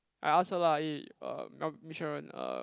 I ask her lah eh um mel~ Miss Sharon um